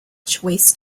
choice